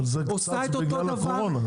אבל זה צץ בגלל הקורונה.